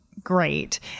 great